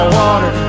water